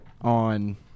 on